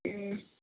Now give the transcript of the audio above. ए